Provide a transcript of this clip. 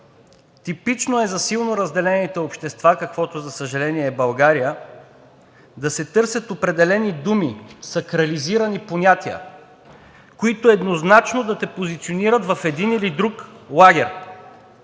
типично е за силно разделените общества, каквото, за съжаление, е България, да се търсят определени думи, сакрализирани понятия, които еднозначно да те позиционират в един или друг лагер,